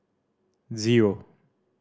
zero